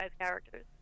characters